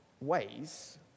ways